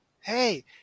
Hey